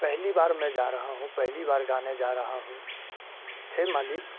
पहली बार मैं जा रहा हूँ पहली बार गाने जा रहा हूँ हे मालिक